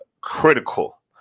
critical